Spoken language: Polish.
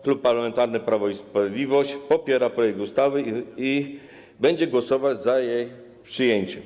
Klub Parlamentarny Prawo i Sprawiedliwość popiera projekt ustawy i będzie głosować za jego przyjęciem.